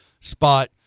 spot